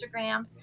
Instagram